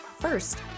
First